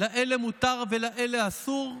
לאלה מותר ולאלה אסור?